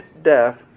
Death